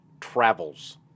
travels